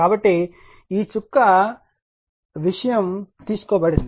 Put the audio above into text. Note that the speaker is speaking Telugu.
కాబట్టి ఈ చుక్క విషయం తీసుకోబడింది